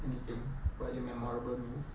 anything about your memorable meals